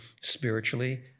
spiritually